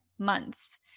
months